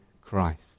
Christ